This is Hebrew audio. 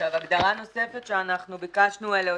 הגדרה נוספת שביקשנו להוסיף,